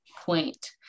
point